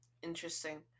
Interesting